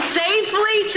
safely